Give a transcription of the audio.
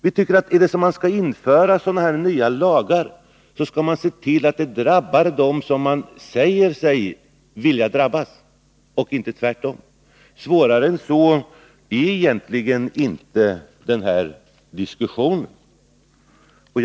Vi tycker att när man skall införa nya lagar, skall man se till att de drabbar dem som man säger sig vilja komma åt, inte tvärtom. Svårare än så är egentligen inte problemet.